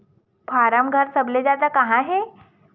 form घर सबले जादा कहां हे